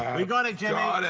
we've got it, jimmy.